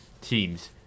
teams